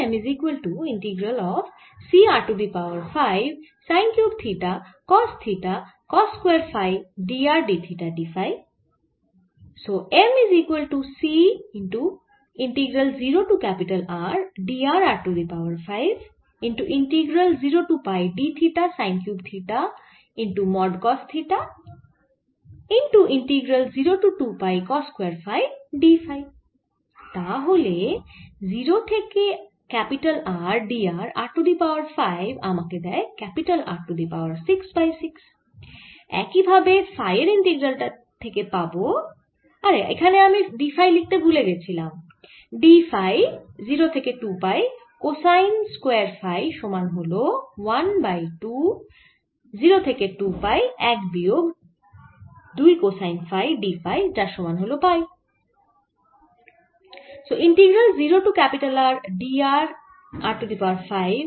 তাহলে 0 থেকে R d r r to the power 5 আমাকে দেয় R to the power 6 by 6 একই ভাবে ফাই এর ইন্টিগ্রাল থেকে কি পাবো আরে এখানে আমি d ফাই লিখতে ভুলে গেছিলাম d ফাই 0 থেকে 2 পাই কোসাইন স্কয়ার ফাই সমান হল 1 বাই 2 0 থেকে 2 পাই 1 বিয়োগ 2 কোসাইন ফাই d ফাই যার সমান হল পাই